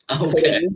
Okay